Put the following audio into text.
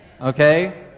Okay